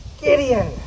Gideon